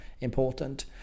important